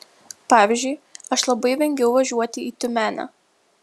pavyzdžiui aš labai vengiau važiuoti į tiumenę